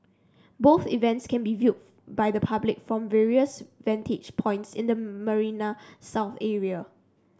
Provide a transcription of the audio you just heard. both events can be viewed by the public from various vantage points in the Marina South area